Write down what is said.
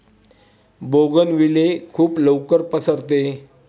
bougainvillea खूप लवकर पसरते